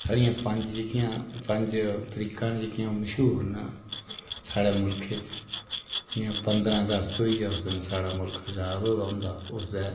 स्हाड़ियां पंज जेह्कियां पंज तरीकां न मश्हूर न साढ़े मुल्खै च जियां पंदरां अगस्त होई गेआ उस दिन स्हाड़ा मुल्ख अज़ाद होए दा होन्दा